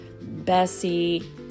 Bessie